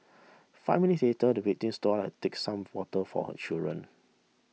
five minutes later the victim stood up to take some water for her children